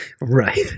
Right